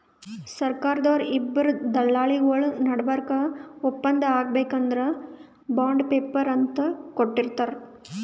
ಸರ್ಕಾರ್ದವ್ರು ಇಬ್ಬರ್ ದಲ್ಲಾಳಿಗೊಳ್ ನಡಬರ್ಕ್ ಒಪ್ಪಂದ್ ಆಗ್ಬೇಕ್ ಅಂದ್ರ ಬಾಂಡ್ ಪೇಪರ್ ಅಂತ್ ಕೊಟ್ಟಿರ್ತಾರ್